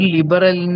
Liberal